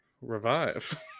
revive